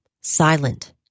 silent